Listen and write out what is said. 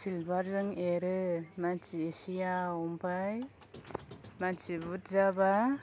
चिलबारजों एरो मानसि एसेयाव एमफाय मानसि बुदजाबा